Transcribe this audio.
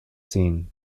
seen